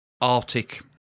arctic